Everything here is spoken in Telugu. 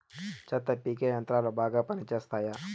చెత్త పీకే యంత్రాలు బాగా పనిచేస్తాయా?